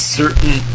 certain